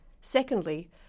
Secondly